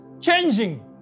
changing